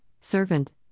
servant